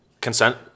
consent